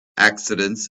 accidents